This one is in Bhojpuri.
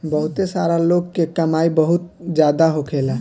बहुते सारा लोग के कमाई बहुत जादा होखेला